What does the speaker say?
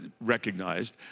recognized